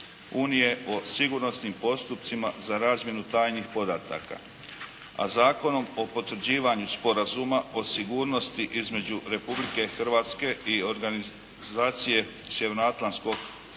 unije o sigurnosnim postupcima za razmjenu tajnih podataka a Zakonom o potvrđivanju Sporazuma o sigurnosti između Republike Hrvatske i organizacije Sjeverno-atlanskog ugovora